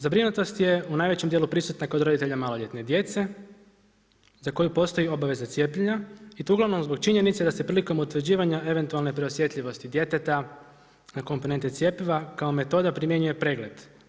Zabrinutost je u najvećem dijelu prisutna kod roditelja maloljetne djece, za koju postoje obaveze cijepljenja i to ugl. zbog činjenice da se prilikom utvrđivanja eventualne preosjetljivosti djeteta na komponente cjepiva kao metoda primjenjuje pregled.